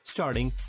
Starting